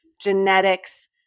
genetics